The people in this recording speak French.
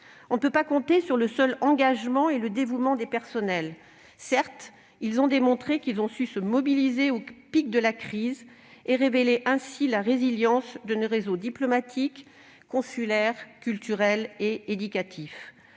On ne peut pas compter sur le seul engagement et sur le seul dévouement du personnel, même si ce dernier a démontré qu'il avait su se mobiliser au pic de la crise et révéler ainsi la résilience de nos réseaux diplomatique, consulaire, culturel et éducatif.